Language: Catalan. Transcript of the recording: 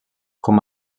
com